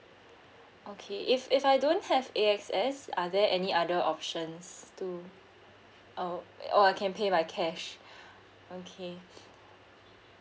okay if if I don't have A X S are there any other options to um or I can pay by cash okay